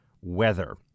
weather